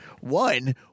one